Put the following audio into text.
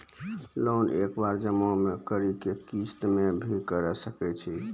Loan एक बार जमा म करि कि किस्त मे भी करऽ सके छि?